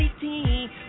team